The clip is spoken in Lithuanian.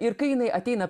ir kai jinai ateina